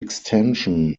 extension